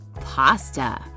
Pasta